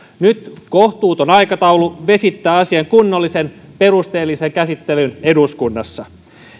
nyt kohtuuton aikataulu vesittää asian kunnollisen perusteellisen käsittelyn eduskunnassa